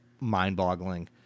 mind-boggling